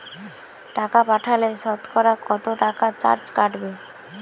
টাকা পাঠালে সতকরা কত টাকা চার্জ কাটবে?